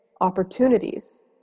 opportunities